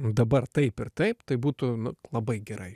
dabar taip ir taip tai būtų nu labai gerai